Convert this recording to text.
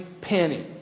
penny